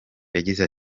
yagize